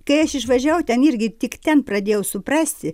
kai aš išvažiavau ten irgi tik ten pradėjau suprasti